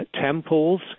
temples